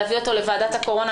להביא אותו לוועדת הקורונה,